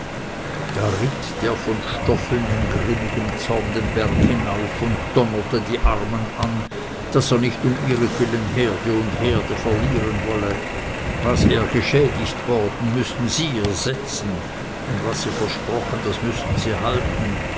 ritt der von stoffeln in grimmem zorn den berg hinauf und donnerte die armen an daß er nicht um ihretwillen herde und herde verlieren wolle was er geschädigt worden müßten sie ersetzen und was sie versprochen das müßten sie halten